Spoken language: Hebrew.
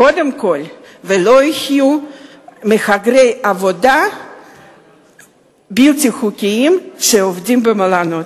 וקודם כול שלא יהיו מהגרי עבודה בלתי חוקיים שעובדים במלונות.